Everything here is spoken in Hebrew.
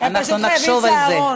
אנחנו נחשוב על זה.